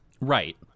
Right